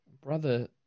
Brother